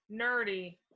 nerdy